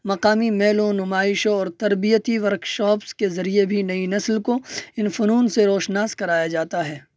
مقامی میلوں نمائشوں اور تربیتی ورک شاپس کے ذریعے بھی نئی نسل کو ان فنون سے روشناس کرایا جاتا ہے